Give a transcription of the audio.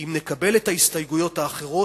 אם נקבל את ההסתייגות האחרות,